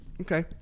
Okay